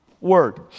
Word